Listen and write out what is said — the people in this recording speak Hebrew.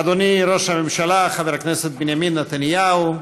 אדוני ראש הממשלה חבר הכנסת בנימין נתניהו,